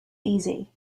easy